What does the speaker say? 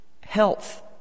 health